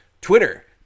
Twitter